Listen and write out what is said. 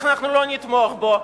איך אנחנו לא נתמוך בו?